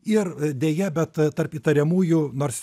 ir deja bet tarp įtariamųjų nors